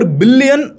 billion